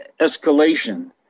escalation